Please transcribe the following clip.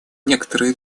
некоторые